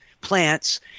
plants